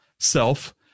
self